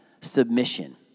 submission